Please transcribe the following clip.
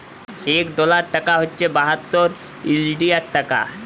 ইক ডলার টাকা হছে বাহাত্তর ইলডিয়াল টাকা